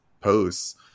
posts